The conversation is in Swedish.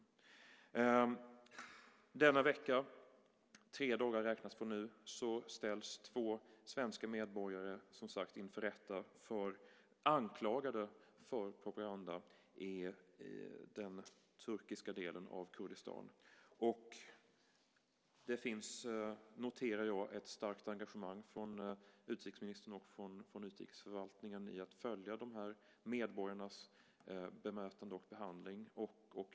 Denna vecka, tre dagar räknat från nu, ställs två svenska medborgare inför rätta, anklagade för propaganda i den turkiska delen av Kurdistan. Det finns, noterar jag, ett starkt engagemang från utrikesministern och från utrikesförvaltningen i att följa hur medborgarna bemöts och behandlas.